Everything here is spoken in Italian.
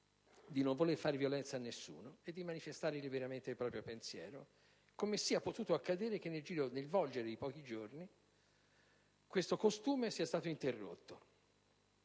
di non voler fare violenza a nessuno, per manifestare liberamente il proprio pensiero. Dobbiamo capire come sia potuto accadere che, nel volgere di pochi giorni, un tale costume sia stato interrotto.